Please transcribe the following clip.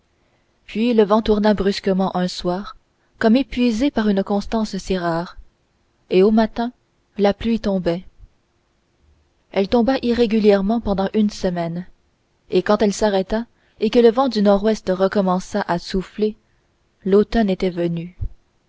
puis le vent tourna brusquement un soir comme épuisé par une constance si rare et au matin la pluie tombait elle tomba irrégulièrement pendant une semaine et quand elle s'arrêta et que le vent du nord-ouest recommença à souffler l'automne était venu